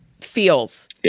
feels